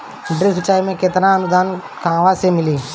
Drip सिंचाई मे केतना अनुदान कहवा से मिली?